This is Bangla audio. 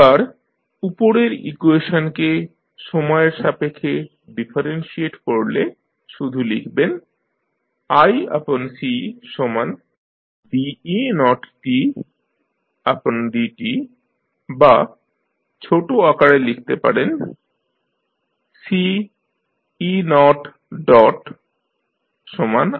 এবার উপরের ইকুয়েশনকে সময়ের সাপেক্ষে ডিফারেনশিয়েট করলে শুধু লিখবেন iCde0dtবা ছোটো আকারে লিখতে পারেন Ce0i